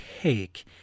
take